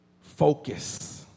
Focus